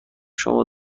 شما